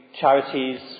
charities